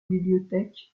bibliothèque